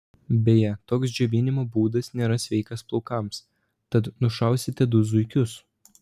beje toks džiovinimo būdas nėra sveikas ir plaukams tad nušausite du zuikius